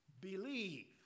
believe